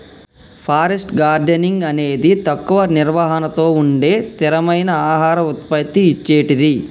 forest gardening అనేది తక్కువ నిర్వహణతో ఉండే స్థిరమైన ఆహార ఉత్పత్తి ఇచ్చేటిది